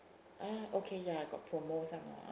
ah okay ya got promo some more